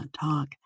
talk